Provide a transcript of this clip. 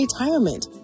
retirement